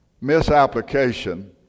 misapplication